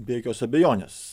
be jokios abejonės